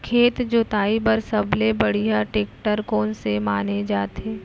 खेत जोताई बर सबले बढ़िया टेकटर कोन से माने जाथे?